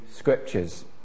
scriptures